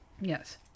Yes